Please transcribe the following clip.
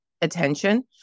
attention